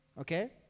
Okay